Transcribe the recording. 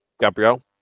Gabriel